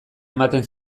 ematen